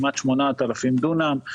כמעט 8,000 דונם,